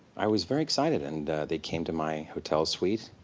i was very excited. and they came to my hotel suite,